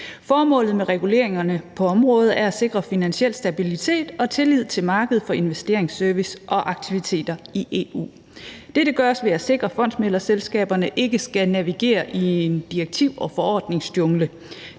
Formålet med reguleringerne på området er at sikre finansiel stabilitet og tillid til markedet for investeringsservice og -aktiviteter i EU. Dette gøres ved at sikre, at fondsmæglerselskaberne ikke skal navigere i en direktiv- og forordningsjungle.